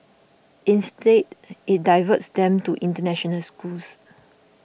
instead it diverts them to international schools